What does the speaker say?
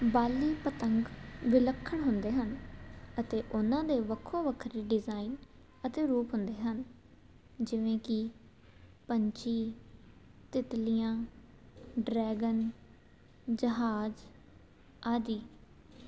ਬਾਲੀ ਪਤੰਗ ਵਿਲੱਖਣ ਹੁੰਦੇ ਹਨ ਅਤੇ ਉਹਨਾਂ ਦੇ ਵੱਖੋ ਵੱਖਰੇ ਡਿਜ਼ਾਈਨ ਅਤੇ ਰੂਪ ਹੁੰਦੇ ਹਨ ਜਿਵੇਂ ਕਿ ਪੰਛੀ ਤਿੱਤਲੀਆਂ ਡਰੈਗਨ ਜਹਾਜ਼ ਆਦਿ